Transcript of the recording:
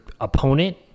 opponent